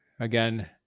Again